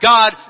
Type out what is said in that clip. God